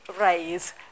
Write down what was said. raise